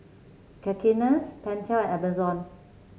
Cakenis Pentel and Amazon